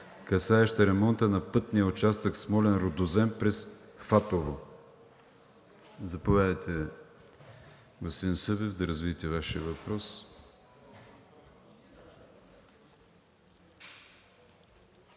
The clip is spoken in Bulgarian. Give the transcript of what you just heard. касаеща ремонта на пътния участък Смолян – Рудозем през Фатово. Заповядайте, господин Събев, да развиете Вашия въпрос.